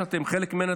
שאתם חלק ממנה.